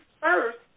first